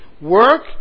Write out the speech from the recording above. work